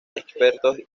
expertos